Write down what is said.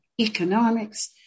economics